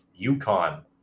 UConn